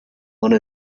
one